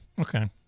Okay